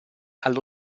allo